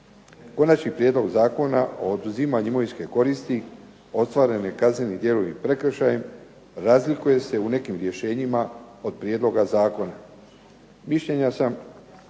Konačni prijedlog Zakona o oduzimanje imovinske koristi ostvarene kaznenim djelom i prekršajem razlikuje se u nekim rješenjima od prijedloga zakona. Mišljenja sam